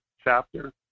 chapter